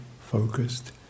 focused